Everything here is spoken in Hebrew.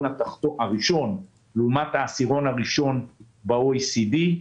הראשון לעומת העשירון הראשון ב-OECD.